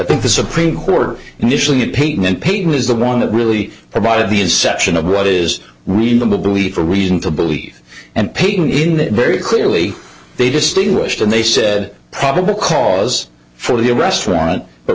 think the supreme court initially of pain and pain is the one that really provided the inception of what is reasonable belief or reason to believe and painting in that very clearly they distinguished and they said probable cause for the arrest warrant but